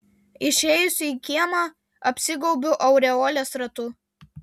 išėjusi į kiemą apsigaubiu aureolės ratu